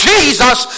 Jesus